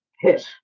hit